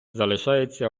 залишається